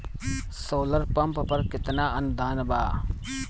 Solar pump पर केतना अनुदान बा?